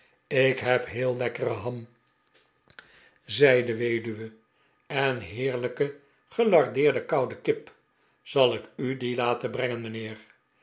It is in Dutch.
ik heb heel lekkere ham zei de weduwe en heerlijke gelardeerde koude kip zal ik u die laten brengen mijnheer